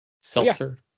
Seltzer